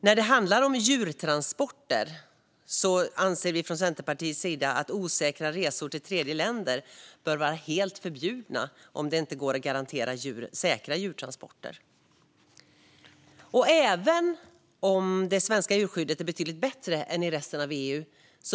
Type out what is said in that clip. När det handlar om djurtransporter anser vi från Centerpartiets sida att osäkra resor till tredjeländer bör vara helt förbjudna om det inte går att garantera säkra djurtransporter. Även om djurskyddet är betydligt bättre i Sverige än i resten av EU